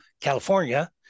California